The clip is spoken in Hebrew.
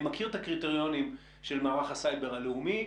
אני מכיר את הקריטריונים של מערך הסייבר הלאומי,